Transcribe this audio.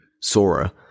Sora